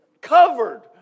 Covered